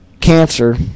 Cancer